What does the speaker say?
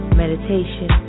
meditation